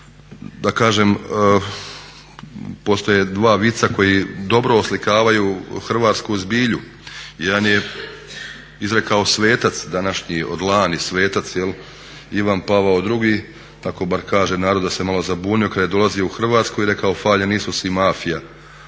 da kažem postoje dva vica koji dobro oslikavaju hrvatsku zbilju, jedan je izrekao svetac današnji, od lani svetac Ivan Pavao II, tako bar kaže narod da se malo zabunio kad je dolazio u Hrvatsku i rekao "Hvaljen Isus i mafija",